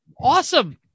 awesome